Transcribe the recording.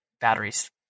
batteries